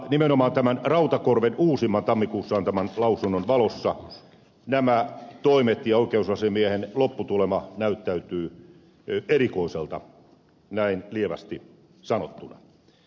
nimenomaan tämän rautakorven uusimman tammikuussa antaman lausunnon valossa nämä toimet ja oikeusasiamiehen lopputulema näyttäytyvät erikoiselta näin lievästi sanottuna